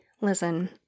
Listen